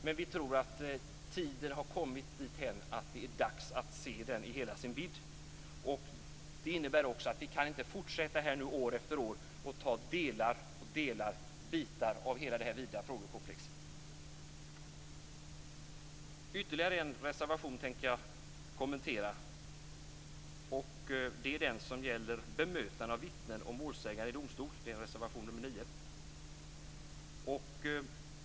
Men vi tror att tiden har kommit dithän att det är dags att se frågan i hela dess vidd. Det innebär att vi inte kan fortsätta att år efter år ta ut delar och bitar av detta vida frågekomplex. Jag skall kommentera ytterligare en reservation, reservation nr 9, som gäller bemötande av vittnen och målsägare i domstol.